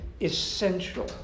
essential